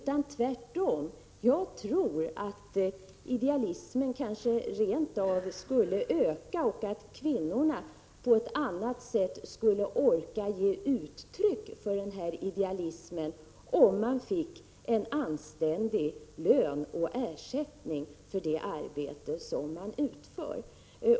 Jag tror tvärtom att idealismen rent av skulle öka och att kvinnor på ett annat sätt skulle orka ge uttryck för denna idealism, om de fick en anständig lön och ersättning för det arbete som de utför.